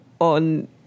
on